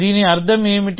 దీని అర్థం ఏమిటి